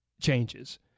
changes